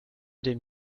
dem